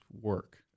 work